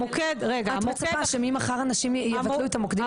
המוקד --- את מצפה שממחר אנשים יבטלו את המוקדים שלהם